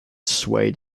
swayed